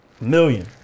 Million